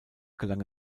gelang